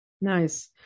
nice